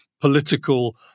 political